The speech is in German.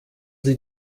sie